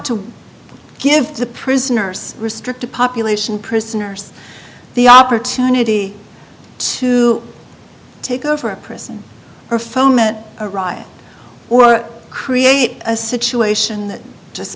to give the prisoners restricted population prisoners the opportunity to take over a prison or foment a riot or create a situation that just